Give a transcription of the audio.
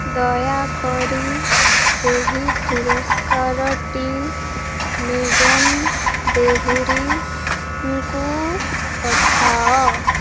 ଦୟାକରି ଏହି ପୁରସ୍କାରଟି ନିଗମ ଦେହୁରୀଙ୍କୁ ପଠାଅ